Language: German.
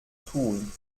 tun